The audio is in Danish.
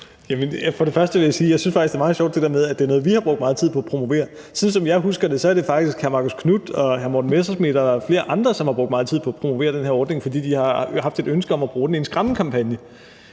det der med, at det er noget, vi har brugt meget tid på at promovere, er meget sjovt. Sådan som jeg husker det, er det faktisk hr. Marcus Knuth og hr. Morten Messerschmidt og flere andre, som har brugt meget tid på at promovere den her ordning, fordi de har haft et ønske om at bruge den i en skræmmekampagne.